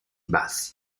bassi